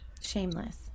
shameless